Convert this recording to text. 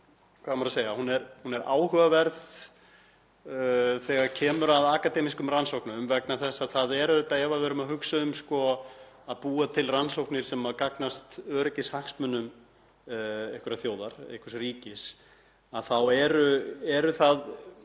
hvað á maður að segja, áhugaverð þegar kemur að akademískum rannsóknum vegna þess að ef við erum að hugsa um að búa til rannsóknir sem gagnast öryggishagsmunum einhverrar þjóðar, einhvers ríkis, þá felur það